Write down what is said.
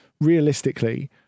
realistically